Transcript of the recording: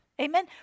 Amen